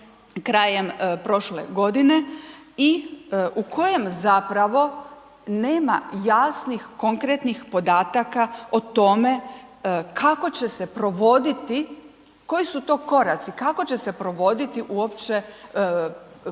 krajem prošle godine i u kojem zapravo nema jasnih konkretnih podataka o tome kako će se provoditi, koji su to koraci, kako će se provoditi uopće